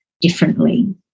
differently